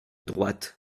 droite